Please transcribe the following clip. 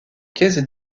caisse